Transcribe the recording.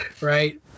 right